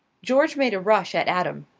george made a rush at adam.